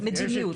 מדיניות.